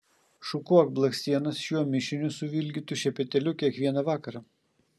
šukuok blakstienas šiuo mišiniu suvilgytu šepetėliu kiekvieną vakarą